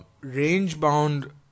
range-bound